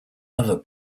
other